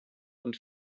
und